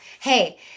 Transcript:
Hey